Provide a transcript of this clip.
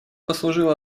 послужила